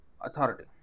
authority